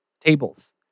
Tables